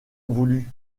voulut